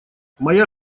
моя